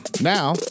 Now